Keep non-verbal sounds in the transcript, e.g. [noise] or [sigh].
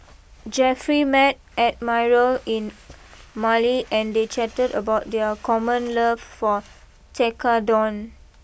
Jeffry met Admiral in [noise] Male and they chatted about their common love for Tekkadon